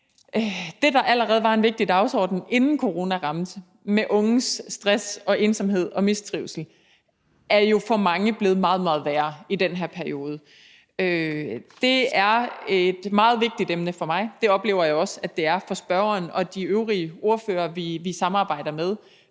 det, der allerede var en vigtig dagsorden, inden corona ramte, med unges stress og ensomhed og mistrivsel, som jo for mange er blevet meget, meget værre i den her periode, er blevet endnu vigtigere og blevet et meget vigtigt emne for mig. Det oplever jeg også at det er for spørgeren og de øvrige ordførere, vi samarbejder med.